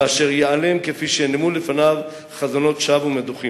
ואשר ייעלם כפי שנעלמו לפניו חזונות שווא ומדוחים.